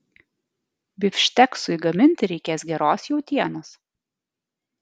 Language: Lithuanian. bifšteksui gaminti reikės geros jautienos